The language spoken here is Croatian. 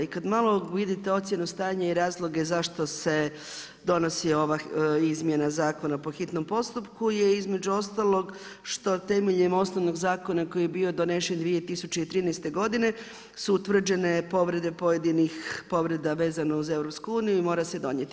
I kada malo vidite ocjenu stanja i razloge zašto se donosi ova izmjena zakona po hitnom postupku je između ostalog što temeljem osnovnog zakona koji je bio donesen 2013. godine su utvrđene povrede pojedinih povreda vezano uz EU i mora se donijeti.